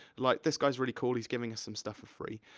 like this guy's really cool, he's giving us some stuff for free.